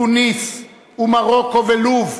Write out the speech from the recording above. תוניסיה ומרוקו ולוב,